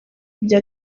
ibyo